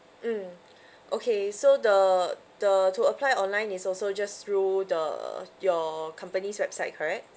mm okay so the the to apply online is also just through the your company's website correct